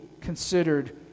considered